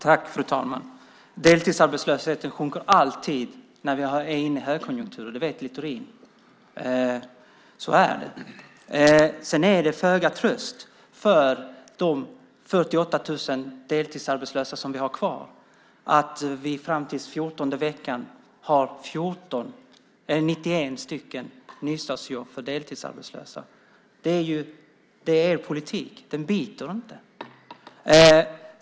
Fru talman! Deltidsarbetslösheten sjunker alltid när vi har högkonjunktur. Det vet Littorin. Så är det. Det är föga tröst för de 48 000 deltidsarbetslösa som vi har kvar att vi fram till den 14:e veckan har 91 nystartsjobb för deltidsarbetslösa. Det är er politik. Den biter inte.